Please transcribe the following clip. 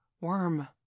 Worm